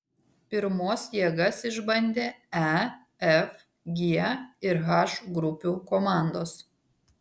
pirmos jėgas išbandė e f g ir h grupių komandos